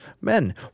men